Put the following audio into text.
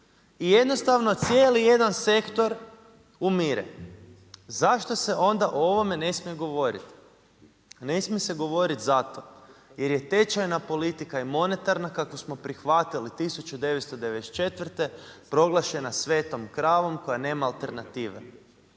I jednostavno cijeli jedan sektor umire. Zašto se onda o ovome ne smije govoriti? Ne smije se govoriti zato jer je tečajna politika i monetarna kakvu smo prihvatili 1994. proglašena svetom kravom koja nema alternative.